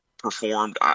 Performed